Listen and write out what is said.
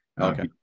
Okay